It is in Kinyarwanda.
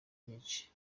byinshi